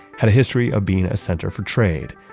had a history of being a center for trade,